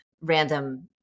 random